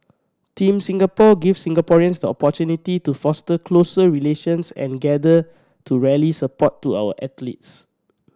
Team Singapore gives Singaporeans the opportunity to foster closer relations and gather to rally support to our athletes